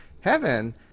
Heaven